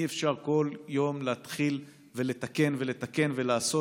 אי-אפשר כל יום להתחיל ולתקן ולתקן ולעשות.